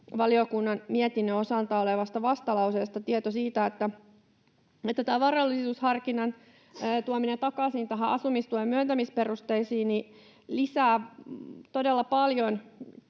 valiokunnan mietinnön osana olevasta vastalauseesta tieto siitä — että varallisuusharkinnan tuominen takaisin asumistuen myöntämisperusteisiin lisää todella paljon